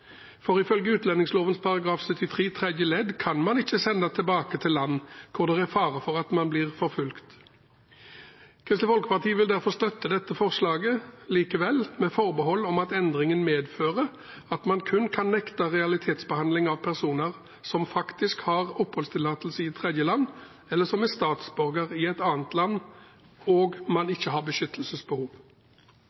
For ifølge utlendingsloven § 73 tredje ledd kan man ikke sende tilbake til land hvor det er fare for at man blir forfulgt. Kristelig Folkeparti vil derfor støtte dette forslaget likevel, med forbehold om at endringen medfører at man kun kan nekte realitetsbehandling av personer som faktisk har oppholdstillatelse i tredjeland, eller som er statsborger i et annet land og ikke har beskyttelsesbehov.